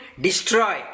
destroy